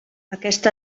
aquest